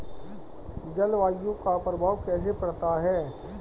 जलवायु का प्रभाव कैसे पड़ता है?